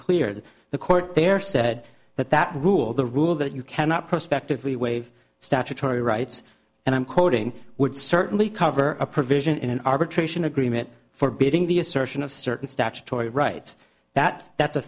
that the court there said that that rule the rule that you cannot prospectively waive statutory rights and i'm quoting would certainly cover a provision in an arbitration agreement for bidding the assertion of certain statutory rights that that